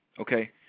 Okay